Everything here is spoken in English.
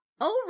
over